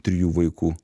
trijų vaikų